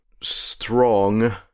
strong